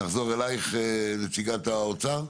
נחזור אליך, נציגת האוצר.